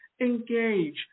Engage